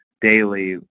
daily